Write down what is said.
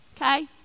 Okay